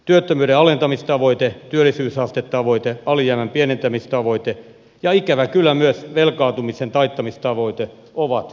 työttömyyden alentamistavoite työllisyysastetavoite alijäämän pienentämistavoite ja ikävä kyllä myös velkaantumisen taittamistavoite ovat karkaamassa